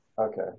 Okay